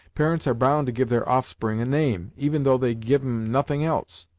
parents are bound to give their offspring a name, even though they give em nothing else.